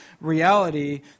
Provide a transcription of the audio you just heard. reality